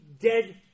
dead